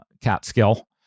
Catskill